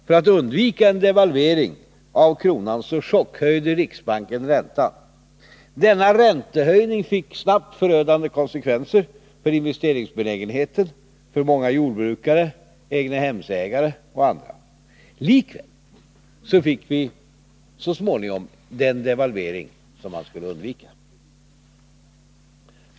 För att undvika en devalvering av kronan chockhöjde riksbanken räntan. Denna räntehöjning fick snabbt förödande konsekvenser för investeringsbenägenheten, för många jordbrukare, egnahemsägare och andra. Likväl fick vi så småningom den devalvering som man skulle undvika.